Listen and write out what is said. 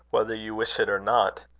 whether you wish it or not.